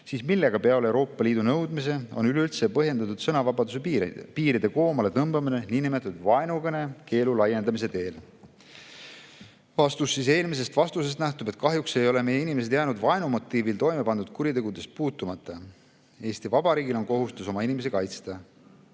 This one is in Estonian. siis millega, peale Euroopa Liidu nõudmise, on üleüldse põhjendatud sõnavabaduse piiride koomale tõmbamine nn vaenukõne keelu laiendamise teel?" Vastus. Eelmisest vastusest nähtub, et kahjuks ei ole meie inimesed jäänud vaenu motiivil toimepandud kuritegudest puutumata. Eesti Vabariigil on kohustus oma inimesi kaitsta.